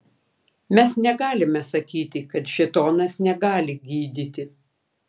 mes negalime sakyti kad šėtonas negali gydyti